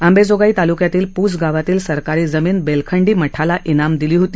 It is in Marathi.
अंबेजोगाई तालुक्यातील प्स गावातील सरकारी जमीन बेलखंडी मठाला इनाम दिली होती